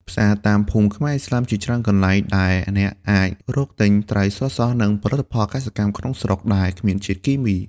ផ្សារតាមភូមិខ្មែរឥស្លាមជាកន្លែងដែលអ្នកអាចរកទិញត្រីស្រស់ៗ និងផលិតផលកសិកម្មក្នុងស្រុកដែលគ្មានជាតិគីមី។